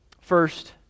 First